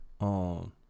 on